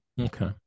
Okay